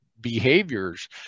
behaviors